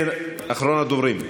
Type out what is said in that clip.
כן, אחרון הדוברים.